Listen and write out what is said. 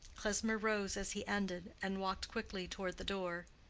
klesmer rose as he ended, and walked quickly toward the door.